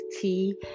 Tea